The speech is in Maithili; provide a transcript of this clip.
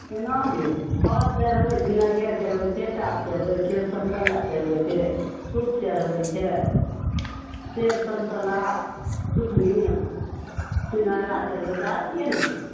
केना नहि फल चढ़बै छै नरियल चढ़बै छै टाभ चढ़बै छै समतोला चढ़बै छै सुप चढ़बै छै सेब समतोला सुथनी सिंघाड़ा चढ़बै छै आओर केना होइ छै